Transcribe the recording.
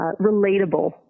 relatable